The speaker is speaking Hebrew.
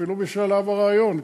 אפילו בשלב הרעיון,